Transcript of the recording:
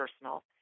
personal